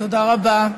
תודה רבה.